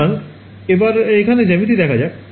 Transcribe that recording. সুতরাং এবার এখানে জ্যামিতি দেখা যাক